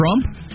Trump